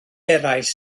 eraill